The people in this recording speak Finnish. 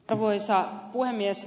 arvoisa puhemies